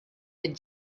mid